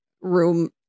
room